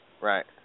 Right